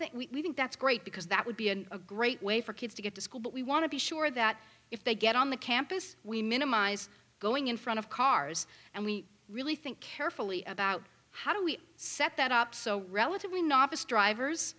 don't think we that's great because that would be an a great way for kids to get to school but we want to be sure that if they get on the campus we minimize going in front of cars and we really think carefully about how do we set that up so relatively novice drivers